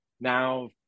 now